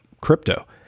crypto